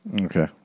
Okay